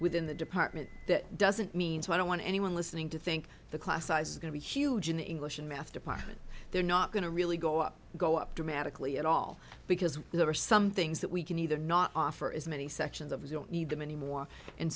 within the department that doesn't mean to i don't want anyone listening to think the class size is going to be huge in english and math department they're not going to really go up go up dramatically at all because there are some things that we can either not offer as many sections of don't need them anymore and